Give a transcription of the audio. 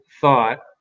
thought